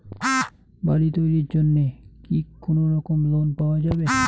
বাড়ি তৈরির জন্যে কি কোনোরকম লোন পাওয়া যাবে?